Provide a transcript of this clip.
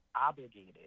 obligated